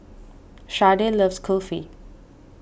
Sharday loves Kulfi